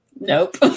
Nope